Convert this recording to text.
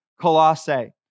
Colossae